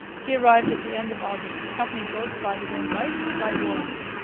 he arrived at the end of august accompanied both by his own wife and by warren's.